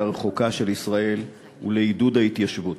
הרחוקה של ישראל ולעידוד ההתיישבות.